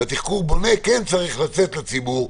והתחקור הבונה כן צריך לצאת לציבור,